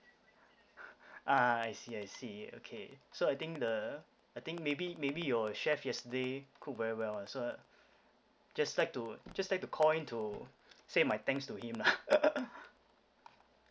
ah I see I see okay so I think the I think maybe maybe your chef yesterday cook very well ah so just like to just like to call in to say my thanks to him lah